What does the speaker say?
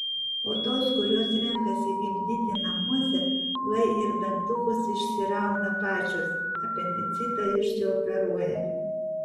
o tos kurios renkasi gimdyti namuose lai ir dantukus išsirauna pačios apendicitą išsioperuoja